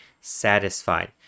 satisfied